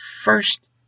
first